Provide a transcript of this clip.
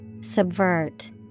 Subvert